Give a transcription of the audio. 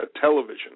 television